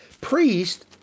Priest